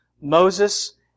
Moses